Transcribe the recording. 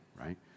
right